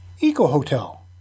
Eco-hotel